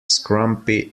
scrumpy